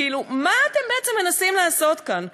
כאילו, מה אתם בעצם מנסים לעשות כאן?